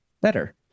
better